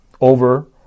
over